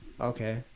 okay